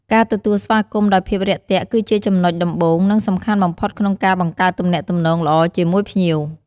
ការទទួលស្វាគមន៍ដោយភាពរាក់ទាក់គឺជាចំណុចដំបូង និងសំខាន់បំផុតក្នុងការបង្កើតទំនាក់ទំនងល្អជាមួយភ្ញៀវ។